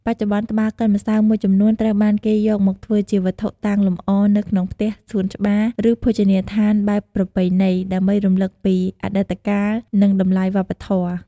បច្ចុប្បន្ន ត្បាល់កិនម្សៅមួយចំនួនត្រូវបានគេយកមកធ្វើជាវត្ថុតាំងលម្អនៅក្នុងផ្ទះ សួនច្បារ ឬភោជនីយដ្ឋានបែបប្រពៃណី ដើម្បីរំលឹកពីអតីតកាល និងតម្លៃវប្បធម៌។